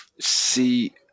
See